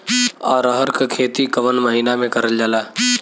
अरहर क खेती कवन महिना मे करल जाला?